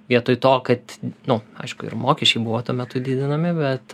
vietoj to kad nu aišku ir mokesčiai buvo tuo metu didinami bet